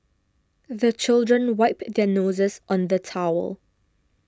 the children wipe their noses on the towel